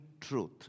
truth